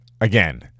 again